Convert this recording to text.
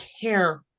care